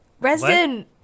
Resin